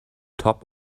top